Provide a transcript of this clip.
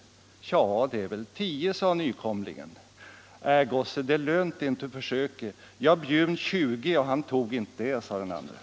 — Ja, det är väl tio, sade nykomlingen. — Nej, gosse det är inte lönt du försöker. Jag bjöd tjugo och han tog inte det!